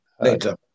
later